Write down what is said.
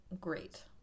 great